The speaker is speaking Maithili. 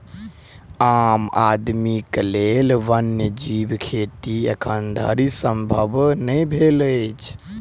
आम आदमीक लेल वन्य जीव खेती एखन धरि संभव नै भेल अछि